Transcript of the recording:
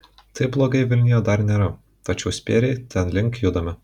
taip blogai vilniuje dar nėra tačiau spėriai tenlink judame